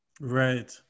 Right